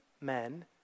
men